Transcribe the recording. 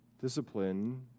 discipline